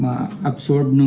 absorbs